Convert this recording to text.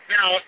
Now